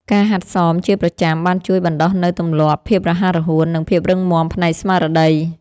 ការហាត់សមជាប្រចាំបានជួយបណ្ដុះនូវទម្លាប់ ភាពរហ័សរហួន និងភាពរឹងមាំផ្នែកស្មារតី។